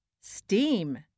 steam